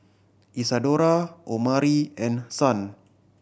Isadora Omari and Son